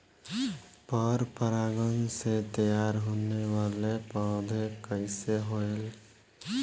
पर परागण से तेयार होने वले पौधे कइसे होएल?